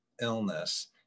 illness